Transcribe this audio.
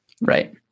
right